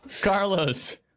Carlos